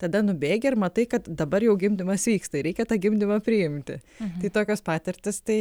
tada nubėgi ir matai kad dabar jau gimdymas vyksta ir reikia tą gimdymą priimti tai tokios patirtys tai